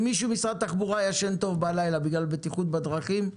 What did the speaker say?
אם מישהו במשרד התחבורה ישן טוב בלילה בגלל הבטיחות בדרכים,